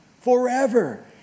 forever